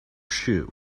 shoe